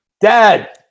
Dad